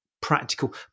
practical